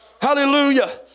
hallelujah